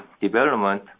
development